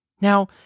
Now